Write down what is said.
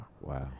Wow